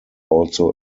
also